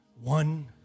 one